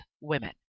women